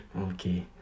Okay